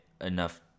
enough